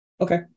Okay